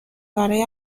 برای